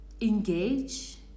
engage